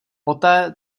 poté